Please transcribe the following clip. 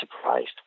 surprised